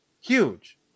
huge